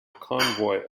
convoy